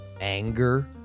anger